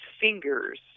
fingers